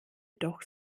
doch